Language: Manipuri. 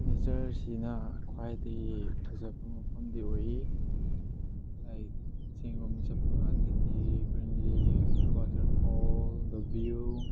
ꯅꯦꯆꯔ ꯍꯥꯏꯁꯤꯅ ꯈ꯭ꯋꯥꯏꯗꯒꯤ ꯐꯖꯕ ꯃꯐꯝꯗꯤ ꯑꯣꯏꯌꯦ ꯂꯥꯏꯛ ꯆꯤꯡ ꯂꯣꯝꯗ ꯆꯠꯄꯀꯥꯟꯗꯗꯤ ꯒ꯭ꯔꯤꯟꯂꯤ ꯋꯥꯇꯔꯐꯣꯜ ꯗꯥ ꯚ꯭ꯌꯨ